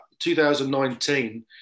2019